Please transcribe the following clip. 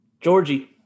Georgie